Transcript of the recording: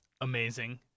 amazing